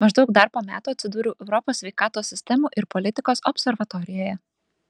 maždaug dar po metų atsidūriau europos sveikatos sistemų ir politikos observatorijoje